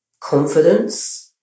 confidence